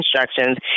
instructions